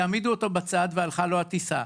יעמידו אותו בצד והלכה לו הטיסה.